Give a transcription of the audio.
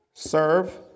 Serve